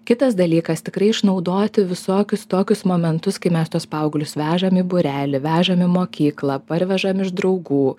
kitas dalykas tikrai išnaudoti visokius tokius momentus kai mes tuos paauglius vežam į būrelį vežami į mokyklą parvežam iš draugų